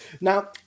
now